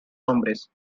hombres